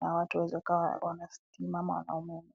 na watu waweza wakawa wana, stima ama umeme.